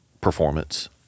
performance